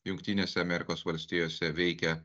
jungtinėse amerikos valstijose veikia